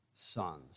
sons